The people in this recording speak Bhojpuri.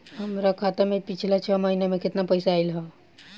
हमरा खाता मे पिछला छह महीना मे केतना पैसा आईल बा?